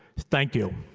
thank you.